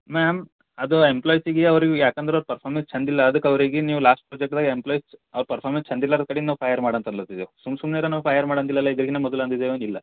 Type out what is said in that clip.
ma'am ಅದು ಎಂಪ್ಲಾಯ್ಸಿಗೆ ಅವ್ರಿಗೂ ಯಾಕಂದ್ರೆ ಅವ್ರ ಪರ್ಫಾಮೆನ್ಸ್ ಚಂದಿಲ್ಲ ಅದಕ್ಕೆ ಅವ್ರಿಗೆ ನೀವು ಲಾಸ್ಟ ಪ್ರೊಜೆಕ್ಟ್ದಾಗ ಎಂಪ್ಲಾಯ್ಸ್ ಅವ್ರ ಪರ್ಫಾಮೆನ್ಸ್ ಚಂದಿಲ್ಲಾರದ ಕಡಿಂದ ನಾವು ಫಯರ್ ಮಾಡಿ ಅನ್ಲತ್ತಿದೆವು ಸುಮ್ಮ ಸುಮ್ಮನೆರಾ ನಾವು ಫಯರ್ ಮಾಡಂದಿಲ್ಲಲ್ಲಾ ಇದ್ರಾಗಿನ ಮೊದಲು ಅಂದಿದ್ದೇವಾ ಇಲ್ಲ